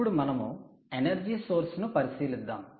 ఇప్పుడు మనము energy source ను పరిశీలిద్దాం